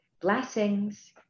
Blessings